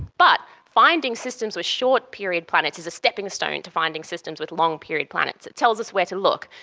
but finding systems with short period planets is a stepping stone to finding systems with long period planets, it tells us where to look.